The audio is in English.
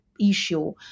issue